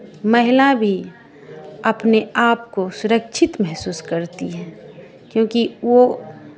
महिला भी अपने आपको सुरक्षित महसूस करती है क्योंकि वो